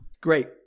Great